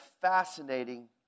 fascinating